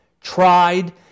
tried